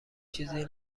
چیزی